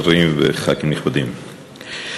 שרים וחברי כנסת נכבדים,